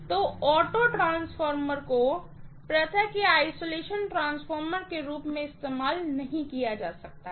तो auto transformer को isolation transformer के रूप में इस्तेमाल नहीं किया जा सकता है